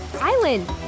island